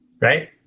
right